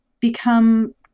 become